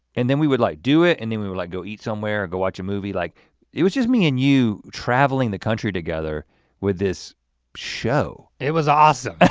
and then we would like do it. and then we would like go eat somewhere, go watch a movie, like it was just me and you traveling the country together with this show. it was awesome.